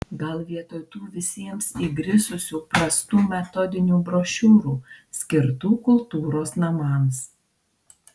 gal vietoj tų visiems įgrisusių prastų metodinių brošiūrų skirtų kultūros namams